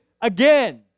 again